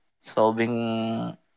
solving